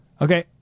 Okay